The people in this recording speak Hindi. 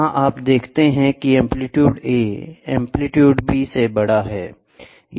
यहाँ आप देखते हैं कि एंप्लीट्यूड A एंप्लीट्यूड B से बड़ा है